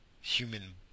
human